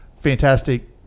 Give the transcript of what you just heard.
Fantastic